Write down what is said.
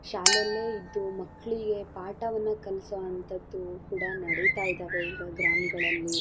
ಶಾಲೇಲೇ ಇದ್ದು ಮಕ್ಕಳಿಗೆ ಪಾಠವನ್ನ ಕಲ್ಸೋವಂಥದ್ದು ಕೂಡ ನಡಿತಾ ಇದ್ದಾವೆ ಈಗ ಗ್ರಾಮಗಳಲ್ಲಿ